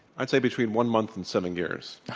i'd say between one month and seven years.